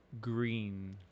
green